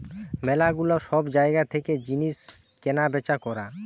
ম্যালা গুলা সব জায়গা থেকে জিনিস কেনা বেচা করা